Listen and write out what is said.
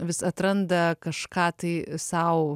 vis atranda kažką tai sau